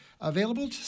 available